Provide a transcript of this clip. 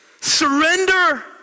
Surrender